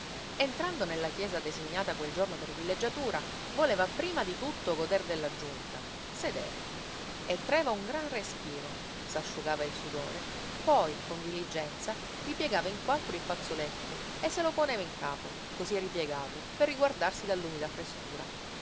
entrando nella chiesa designata quel giorno per villeggiatura voleva prima di tutto goder della giunta sedere e traeva un gran respiro s'asciugava il sudore poi con diligenza ripiegava in quattro il fazzoletto e se lo poneva in capo cosí ripiegato per riguardarsi dall'umida frescura